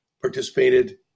participated